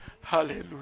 Hallelujah